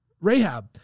Rahab